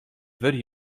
wurde